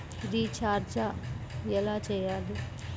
Recharge ఎలా చెయ్యాలి?